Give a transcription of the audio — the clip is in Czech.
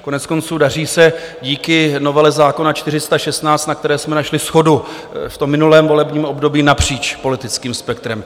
Koneckonců, daří se to díky novele zákona 416, na které se našla shoda v minulém volebním období napříč politickým spektrem.